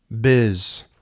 Biz